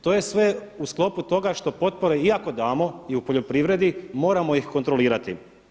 To je sve u sklopu toga što potpore iako damo i u poljoprivredi moramo ih kontrolirati.